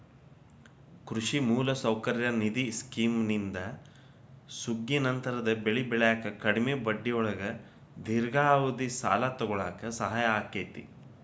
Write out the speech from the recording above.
ಕೃಷಿ ಮೂಲಸೌಕರ್ಯ ನಿಧಿ ಸ್ಕಿಮ್ನಿಂದ ಸುಗ್ಗಿನಂತರದ ಬೆಳಿ ಬೆಳ್ಯಾಕ ಕಡಿಮಿ ಬಡ್ಡಿಯೊಳಗ ದೇರ್ಘಾವಧಿ ಸಾಲ ತೊಗೋಳಾಕ ಸಹಾಯ ಆಕ್ಕೆತಿ